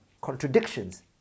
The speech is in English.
contradictions